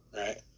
right